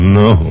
no